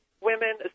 women